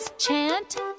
Chant